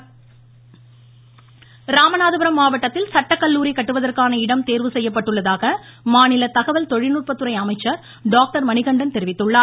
மணிகண்டன் ராமநாதபுரம் மாவட்டத்தில் சட்டக்கல்லூரி கட்டுவதற்கான இடம் தேர்வு செய்யப்பட்டுள்ளதாக மாநில தகவல் தொழில்நுட்பத்துறை அமைச்சர் டாக்டர் மணிகண்டன் தெரிவித்துள்ளார்